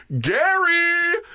Gary